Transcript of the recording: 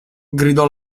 gridò